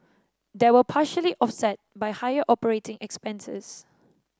these were partially offset by higher operating expenses